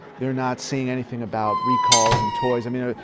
they're not seeing anything about recalls and toys. i mean,